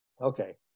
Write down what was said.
Okay